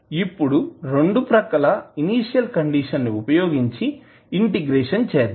ఇప్పుడు రెండు ప్రక్కల ఇనీషియల్ కండిషన్ వుపయోగించి ఇంటిగ్రేట్ చేద్దాం